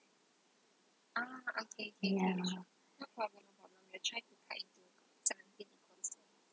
ya